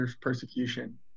persecution